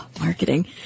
marketing